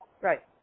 Right